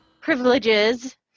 privileges